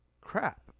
Crap